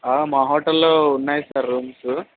మా హోటల్లో ఉన్నాయి సార్ రూమ్స్